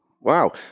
Wow